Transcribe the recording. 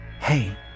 hey